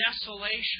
desolation